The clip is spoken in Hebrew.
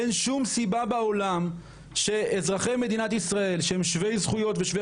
אין שום סיבה בעולם שאזרחי מדינת ישראל שהם שווי זכויות ושווי